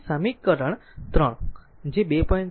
તેથી સમીકરણ 3 જે 2